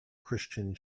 christian